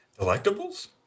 Delectables